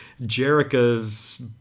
jerica's